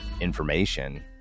information